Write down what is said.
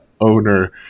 owner